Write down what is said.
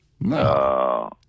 No